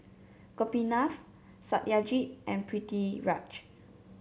Gopinath Satyajit and Pritiviraj